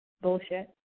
bullshit